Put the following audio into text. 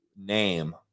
name